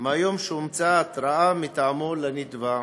מהיום שהומצאה ההתראה מטעמו לנתבע.